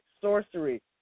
sorcery